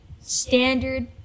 standard